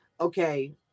okay